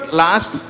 last